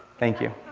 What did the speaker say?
thank you.